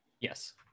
Yes